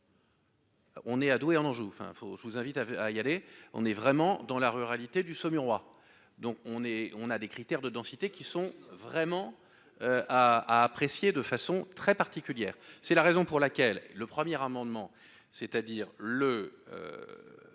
On est à Douai en Anjou, enfin faut je vous invite à y aller, on est vraiment dans la ruralité du sommet roi, donc on est, on a des critères de densité qui sont vraiment à apprécier de façon très particulière, c'est la raison pour laquelle le premier amendement, c'est-à-dire le